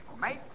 Mate